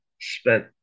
spent